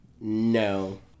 No